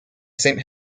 saint